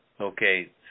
Okay